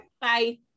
Bye